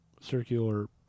circular